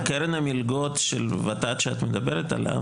ובקרן המלגות של ות"ת שאת מדברת עליה,